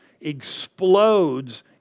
explodes